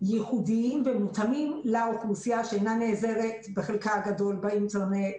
ייחודיים ומותאמים לאוכלוסייה שבחלקה הגדול אינה נעזרת באינטרנט,